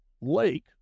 lake